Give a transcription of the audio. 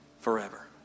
Forever